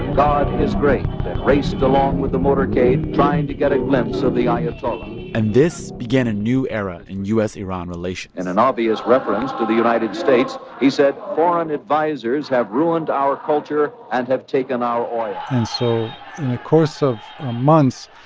god is great and raced along with the motorcade, trying to get a glimpse of the ayatollah and this began a new era in u s iran relations in an obvious reference to the united states, he said foreign advisers have ruined our culture and have taken our oil and so in the course of months,